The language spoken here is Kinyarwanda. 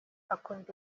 akunda